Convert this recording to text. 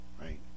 right